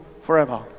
forever